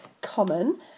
common